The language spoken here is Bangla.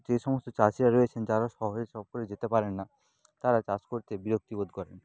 যে সমস্ত চাষিরা রয়েছেন যারা শহরে সক্কলে যেতে পারেন না তারা চাষ করতে বিরক্তি বোধ করেন